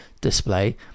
display